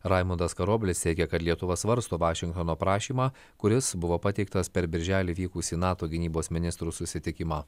raimundas karoblis teigia kad lietuva svarsto vašingtono prašymą kuris buvo pateiktas per birželį vykusį nato gynybos ministrų susitikimą